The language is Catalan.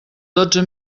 dotze